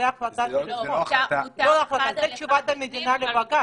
זו תשובת המדינה לבג"ץ.